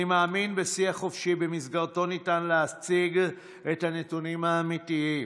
אני מאמין בשיח חופשי שבמסגרתו ניתן להציג את הנתונים האמיתיים.